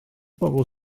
bobl